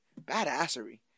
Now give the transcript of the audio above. badassery